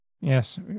yes